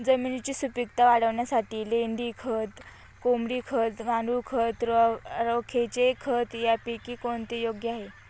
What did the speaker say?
जमिनीची सुपिकता वाढवण्यासाठी लेंडी खत, कोंबडी खत, गांडूळ खत, राखेचे खत यापैकी कोणते योग्य आहे?